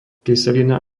kyselina